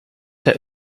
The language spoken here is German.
der